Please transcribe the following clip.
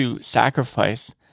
sacrifice